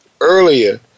earlier